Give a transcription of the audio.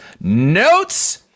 Notes